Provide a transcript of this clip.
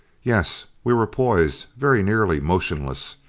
yes. we were poised very nearly motionless.